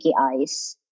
eyes